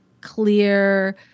clear